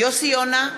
יוסי יונה,